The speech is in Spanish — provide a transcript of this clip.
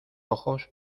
ojos